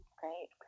great